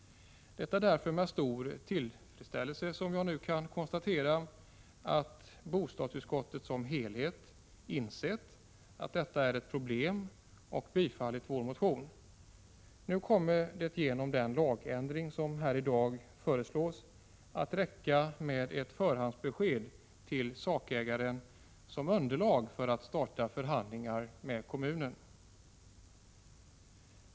Det är därför med stor tillfredsställelse som jag nu kan konstatera att bostadsutskottet som helhet har insett att detta är ett problem och därför tillstyrkt vår motion. Nu kommer det genom den lagändring som här i dag föreslås att räcka med ett förhandsbesked till sakägaren som underlag för att starta förhandlingar med kommunen.